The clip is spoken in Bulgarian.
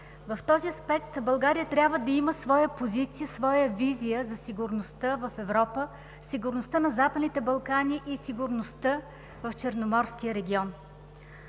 В този аспект България трябва да има своя позиция, своя визия за сигурността в Европа, сигурността на Западните Балкани и сигурността в Черноморския регион.